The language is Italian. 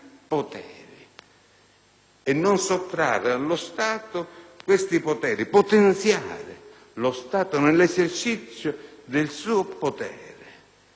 Io rimango veramente sorpreso di come si possa, attraverso questa ulteriore norma manifesto, chiaramente incostituzionale,